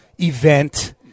event